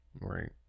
Right